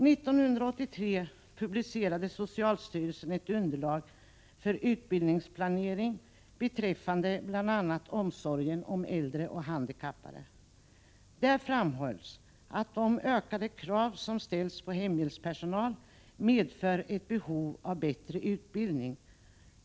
1983 publicerade socialstyrelsen ett underlag för utbildningsplanering beträffande bl.a. omsorgen om äldre och handikappade. Där framhölls att de ökade krav som ställs på hemhjälpspersonal medför ett behov av bättre utbildning.